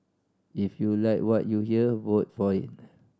if you like what you hear vote for it